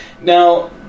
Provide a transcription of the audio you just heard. Now